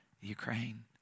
Ukraine